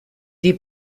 die